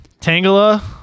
Tangela